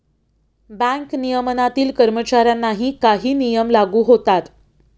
bank नियमनातील कर्मचाऱ्यांनाही काही नियम लागू होतात